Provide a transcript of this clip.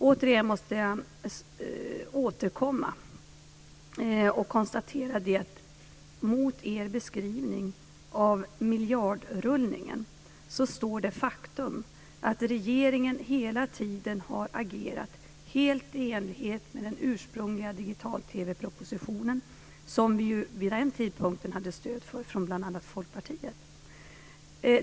Återigen måste jag konstatera att mot deras beskrivning av miljardrullningen står det faktum att regeringen hela tiden har agerat helt i enlighet med den ursprungliga digital-TV-propositionen, som vi ju vid den tidpunkten hade stöd för från bl.a. Folkpartiet.